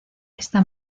esta